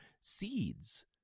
seeds